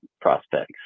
prospects